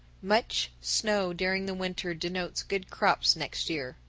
much snow during the winter denotes good crops next year.